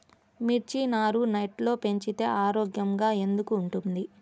మిర్చి నారు నెట్లో పెంచితే ఆరోగ్యంగా ఎందుకు ఉంటుంది?